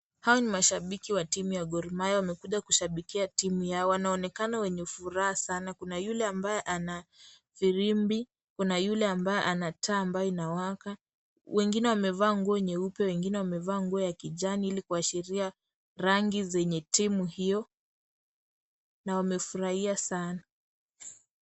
Hawa ni mashabiki wa timu ya Gor Mahia wamekuja kushabikia timu yao, wanaonekana wenye furaha sana kuna yule ambaye ana firimbi, kuna yule ambaye ana taa ambayo inawaka, wengine wamevaa nguo nyeupe wengine wamevaa nguo ya kijani ili kuashiria rangi zenye timu hio, na wamefurahia sana.